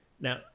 Now